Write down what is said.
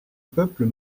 peuple